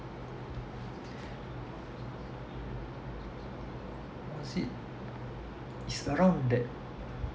was it it's around that